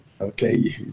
okay